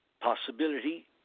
possibility